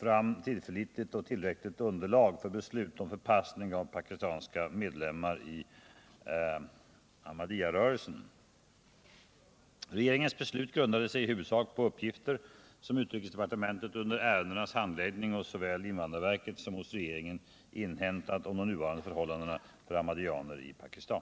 fram tillförlitligt och tillräckligt underlag för beslutet om förpassning av pakistanska medlemmar i Ahmadirörelsen. Regeringens beslut grundade sig i huvudsak på uppgifter som utrikesdepartementet under ärendenas handläggning hos såväl invandrarverket som hos regeringen inhämtat om de nuvarande förhållandena för ahmadiyyaner i Pakistan.